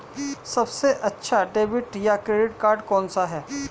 सबसे अच्छा डेबिट या क्रेडिट कार्ड कौन सा है?